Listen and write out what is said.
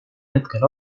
hetkel